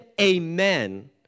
amen